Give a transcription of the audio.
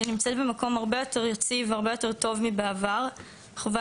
שנמצאת במקום הרבה יותר יציב והרבה יותר טוב מבעבר חווה